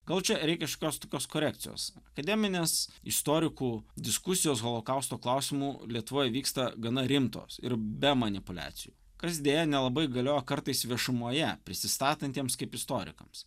gal čia ir reikia šiokios tokios korekcijos akademinės istorikų diskusijos holokausto klausimu lietuvoj vyksta gana rimtos ir be manipuliacijų kas deja nelabai galioja kartais viešumoje prisistatantiems kaip istorikams